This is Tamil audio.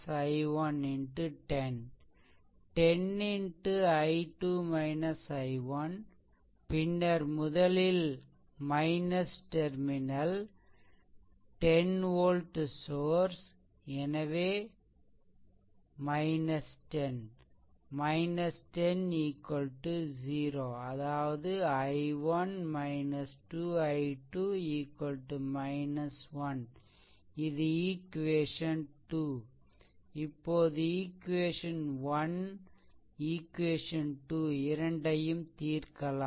10 x I2 I1 பின்னர் முதலில் டெர்மினல் 10 volt source எனவே 10 10 0 அதாவது I1 2 I2 1இது ஈக்வேசன்2 இப்போது ஈக்வேசன்1 ஈக்வேசன்2 இரண்டையும் தீர்க்கலாம்